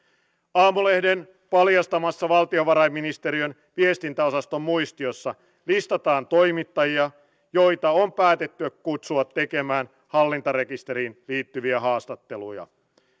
aamulehden paljastamassa valtiovarainministeriön viestintäosaston muistiossa listataan toimittajia joita on päätetty kutsua tekemään hallintarekisteriin liittyviä haastatteluja